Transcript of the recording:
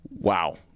Wow